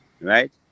right